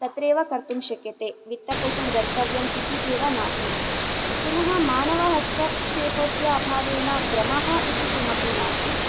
तत्रैव कर्तुं शक्यते वित्तकोषं गन्तव्यम् इति एव नास्ति पुनः मानवहस्तक्षेपस्य अभावेन भ्रमः इति किमपि नास्ति